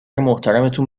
محترمتون